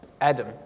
Adam